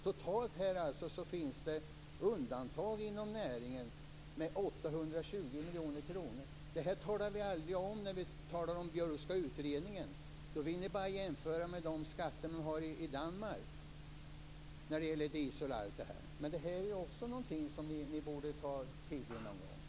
Totalt finns det undantag inom näringen med 820 miljoner kronor. Det talar vi aldrig om när vi talar om Björkska utredningen. Då vill ni bara jämföra med de skatter man har i Danmark för diesel och allt sådant. Men det här är också någonting som ni borde ta till er.